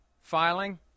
filing